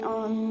on